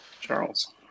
Charles